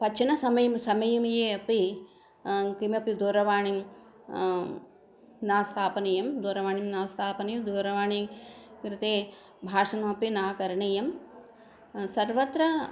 पचनसमयः समयमये अपि किमपि दूरवाणीं न स्थापनीयं दूरवाणीं न स्थापनीयं दूरवाणी कृते भाषणमपि न करणीयं सर्वत्र